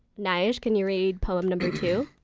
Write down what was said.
nyge, can you read poem number two?